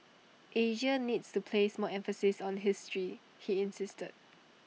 Asia needs to place more emphasis on history he insisted